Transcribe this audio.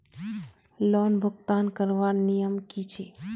Loan भुगतान करवार नियम की छे?